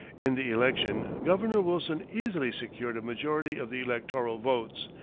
in the election governor wilson easily secured a majority of the electoral votes,